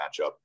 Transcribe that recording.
matchup